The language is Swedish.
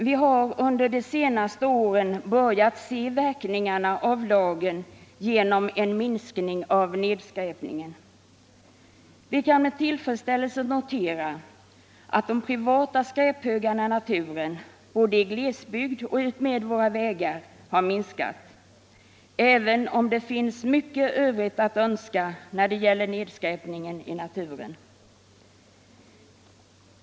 Vi har under de senaste åren börjat se verkningarna av lagen genom en minskning av nedskräpningen. Vi kan väl med tillfredsställelse notera att de privata skräphögarna i naturen, både i glesbygd och utmed våra vägar, har minskat, även om det finns mycket övrigt att önska beträffande nedskräpningen i naturen.